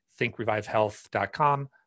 thinkrevivehealth.com